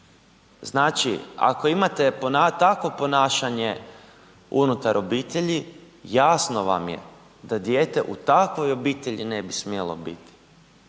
Znači, ako imate takvo ponašanje unutar obitelji jasno vam je da dijete u takvoj obitelji ne bi smjelo biti.